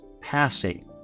passing